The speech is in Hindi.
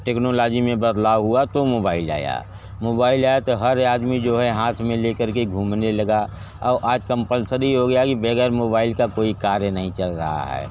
टेक्नोलाजी में बदलाव हुआ तो मोबाइल आया मोबाइल आया तो हर आदमी जो है हाथ में ले कर के घूमने लगा और आज कम्पल्सरी हो गया कि है कि बग़ैर मोबाइल का कोई कार्य नहीं चल रहा है